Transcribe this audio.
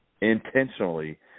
intentionally